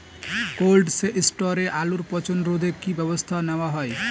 Cold স্টোরে আলুর পচন রোধে কি ব্যবস্থা নেওয়া হয়?